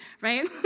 right